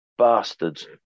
Bastards